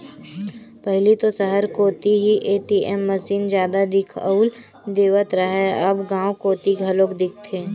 पहिली तो सहर कोती ही ए.टी.एम मसीन जादा दिखउल देवत रहय अब गांव कोती घलोक दिखथे